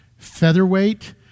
featherweight